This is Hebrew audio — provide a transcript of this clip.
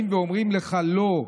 אומרים לך: לא,